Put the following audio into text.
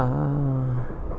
ah